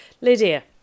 Lydia